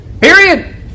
Period